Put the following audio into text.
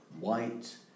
white